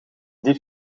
die